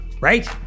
right